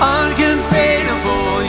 uncontainable